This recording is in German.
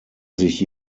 sich